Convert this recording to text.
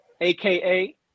aka